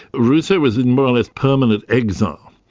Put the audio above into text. rousseau was in more or less permanent exile,